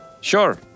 sure